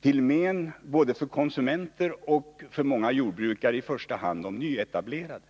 till men både för konsumenter och för många jordbrukare, i första hand de nyetablerade.